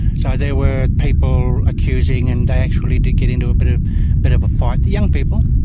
so there were people accusing and they actually did get into a bit ah bit of a fight. the young people,